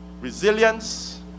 resilience